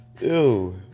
Ew